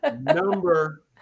number